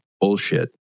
bullshit